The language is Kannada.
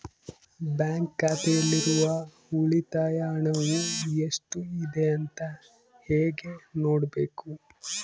ಬ್ಯಾಂಕ್ ಖಾತೆಯಲ್ಲಿರುವ ಉಳಿತಾಯ ಹಣವು ಎಷ್ಟುಇದೆ ಅಂತ ಹೇಗೆ ನೋಡಬೇಕು?